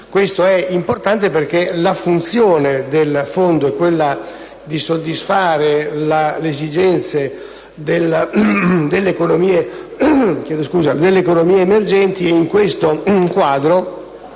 fatto importante, perché la funzione del Fondo è di soddisfare le esigenze delle economie emergenti, e in questo quadro